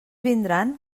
vindran